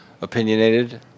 Opinionated